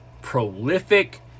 prolific